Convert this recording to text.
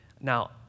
Now